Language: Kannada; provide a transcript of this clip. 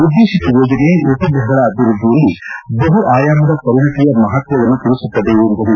ಉದ್ದೇಶಿತ ಯೋಜನೆ ಉಪಗ್ರಹಗಳ ಅಭಿವೃದ್ಧಿಯಲ್ಲಿ ಬಹು ಆಯಾಮದ ಪರಿಣತಿಯ ಮಹತ್ವವನ್ನು ತಿಳಿಸುತ್ತದೆ ಎಂದರು